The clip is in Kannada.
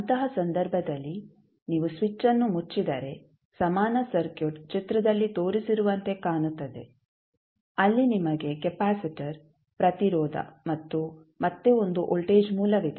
ಅಂತಹ ಸಂದರ್ಭದಲ್ಲಿ ನೀವು ಸ್ವಿಚ್ ಅನ್ನು ಮುಚ್ಚಿದರೆ ಸಮಾನ ಸರ್ಕ್ಯೂಟ್ ಚಿತ್ರದಲ್ಲಿ ತೋರಿಸಿರುವಂತೆ ಕಾಣುತ್ತದೆ ಅಲ್ಲಿ ನಿಮಗೆ ಕೆಪಾಸಿಟರ್ ಪ್ರತಿರೋಧ ಮತ್ತು ಮತ್ತೆ ಒಂದು ವೋಲ್ಟೇಜ್ ಮೂಲವಿದೆ